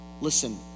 Listen